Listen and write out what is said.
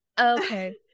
Okay